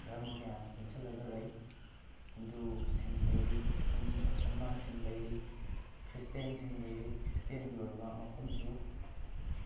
ꯙꯔꯃ ꯀꯌꯥꯅ ꯄꯨꯟꯁꯤꯜꯂꯒ ꯂꯩ ꯍꯤꯟꯗꯨꯁꯤꯡ ꯂꯩꯔꯤ ꯃꯨꯁꯂꯤꯝ ꯃꯨꯁꯜꯃꯥꯟꯁꯤꯡ ꯂꯩꯔꯤ ꯈ꯭ꯔꯤꯁꯇꯦꯟꯁꯤꯡ ꯂꯩꯔꯤ ꯈ꯭ꯔꯤꯁꯇꯦꯟꯒꯤ ꯑꯣꯏꯕ ꯃꯐꯝꯁꯨ